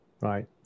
right